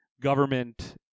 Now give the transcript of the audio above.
government